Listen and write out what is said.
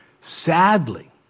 Sadly